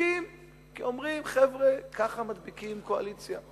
שותקים כי אומרים: חבר'ה, ככה מדביקים קואליציה,